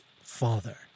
father